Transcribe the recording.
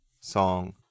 song